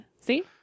see